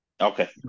Okay